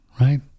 right